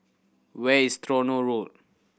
where is Tronoh Road